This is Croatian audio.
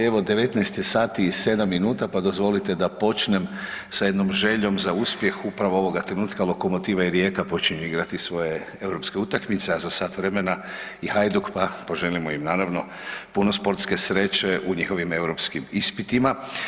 Evo, 19 je sati i 7 minuta pa dozvolite da počnem sa jednom željom za uspjeh upravo ovog trenutka, Lokomotiva i Rijeka počinju igrati svoje europske utakmice, a za sat vremena i Hajduk, pa poželimo im naravno, puno sportske sreće u njihovim europskim ispitima.